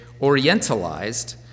orientalized